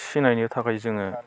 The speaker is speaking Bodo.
सिनायनो थाखाय जोङो